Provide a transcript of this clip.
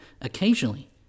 Occasionally